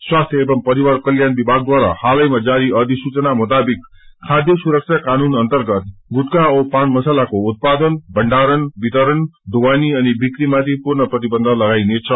स्वास्थ्य एवं परिवार कल्याण विमागद्वारा हालैमा जारी अधिसूचना मुताविक खाध्य सुरक्षा कानून अर्न्तगत गुटखा औ पान मसालको उत्पादन भण्डारण वितरण गुदवानी अनि बिक्रीमाथि पूर्ण प्रतिबन्ध लागाईनेछ